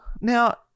Now